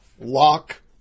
Lock